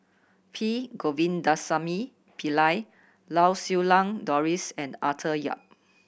P Govindasamy Pillai Lau Siew Lang Doris and Arthur Yap